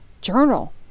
Journal